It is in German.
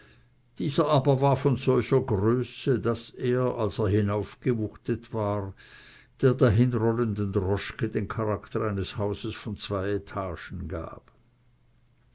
dieser aber war von solcher größe daß er als er hinaufgewuchtet war der dahinrollenden droschke den charakter eines baus von zwei etagen gab